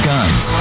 Guns